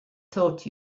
taught